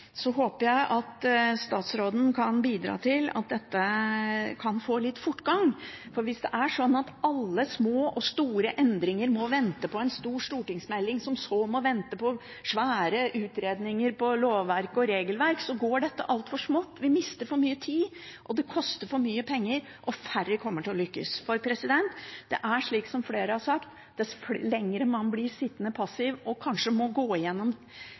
Jeg håper statsråden kan bidra til at dette kan få litt fortgang, for hvis det er sånn at alle små og store endringer må vente på en stor stortingsmelding, som så må vente på svære utredninger om lovverk og regelverk, går dette altfor smått. Vi mister for mye tid, det koster for mye penger, og færre kommer til å lykkes. Det er som flere har sagt: Dess lenger man blir sittende passiv og kanskje må gå